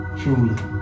truly